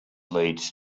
leads